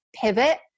pivot